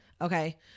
Okay